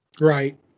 Right